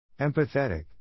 Empathetic